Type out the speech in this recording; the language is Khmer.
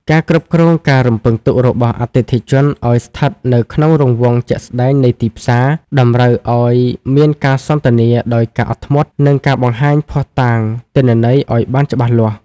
ការគ្រប់គ្រងការរំពឹងទុករបស់អតិថិជនឱ្យស្ថិតនៅក្នុងរង្វង់ជាក់ស្ដែងនៃទីផ្សារ តម្រូវឱ្យមានការសន្ទនាដោយការអត់ធ្មត់ និងការបង្ហាញភ័ស្តុតាងទិន្នន័យឱ្យបានច្បាស់លាស់។